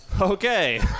Okay